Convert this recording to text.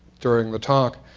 during the talk